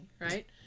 right